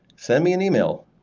send me an email,